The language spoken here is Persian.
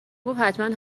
گفت، حتما